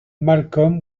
malcolm